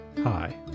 Hi